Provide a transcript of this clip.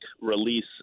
release